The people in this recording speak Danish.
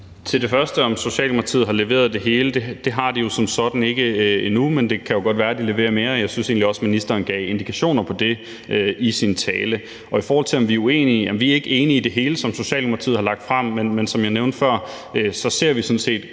Til det første, altså om Socialdemokratiet har leveret det hele, vil jeg sige, at det har de som sådan ikke endnu, men det kan jo godt være, at de leverer mere. Jeg synes egentlig også, at ministeren gav indikationer på det i sin tale. I forhold til om vi er uenige, vil jeg sige, at vi ikke er enige i det hele, som Socialdemokratiet har lagt frem. Men som jeg nævnte før, ser vi sådan set